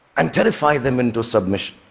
and terrify them into submission,